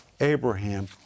Abraham